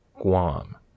Guam